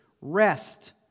rest